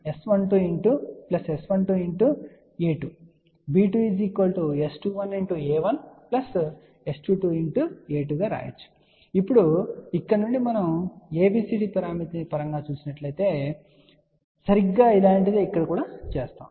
కాబట్టి ఇప్పుడు ఇక్కడ నుండి మనము ABCD పరామితి పరంగా చేసినట్లే సరిగ్గా ఇలాంటిదే ఇక్కడ కూడాచేస్తాము